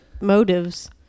motives